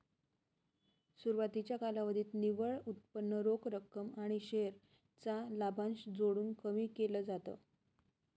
सुरवातीच्या कालावधीत निव्वळ उत्पन्न रोख रक्कम आणि शेअर चा लाभांश जोडून कमी केल जात